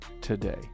today